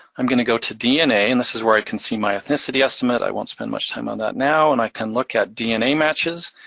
i'm gonna go to dna. and this is where i can see my ethnicity estimate, i won't spend that much time on that now, and i can look at dna matches,